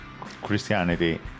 Christianity